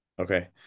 Okay